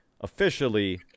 officially